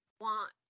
want